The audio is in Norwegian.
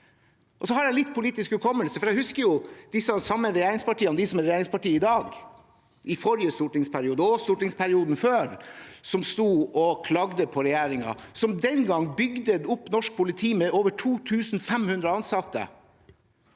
Jeg har litt politisk hukommelse, og jeg husker at de samme partiene – de som er regjeringspartier i dag – både i forrige stortingsperiode og i stortingsperioden før, sto og klagde over regjeringen, som den gang bygde opp norsk politi med over 2 500 flere ansatte.